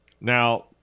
Now